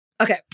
Okay